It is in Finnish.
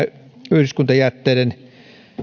yhdyskuntajätteiden